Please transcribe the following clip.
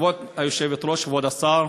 כבוד היושבת-ראש, כבוד השר,